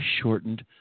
shortened